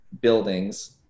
buildings